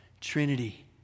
Trinity